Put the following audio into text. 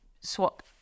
swap